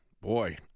Boy